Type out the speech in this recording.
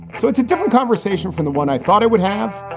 so it's a different conversation from the one i thought i would have,